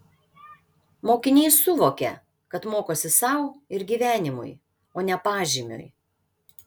mokiniai suvokia kad mokosi sau ir gyvenimui o ne pažymiui